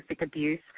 abuse